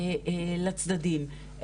לצדדים.